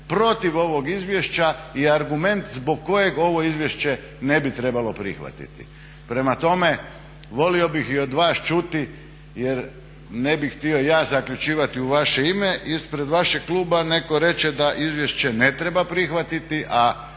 protiv ovog izvješća i argument zbog kojeg ovo izvješće ne bi trebalo prihvatiti. Prema tome, volio bih i od vas čuti jer ne bih htio ja zaključivati u vaše ime ispred vašeg kluba netko reče da izvješće ne treba prihvatiti, a